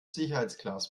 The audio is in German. sicherheitsglas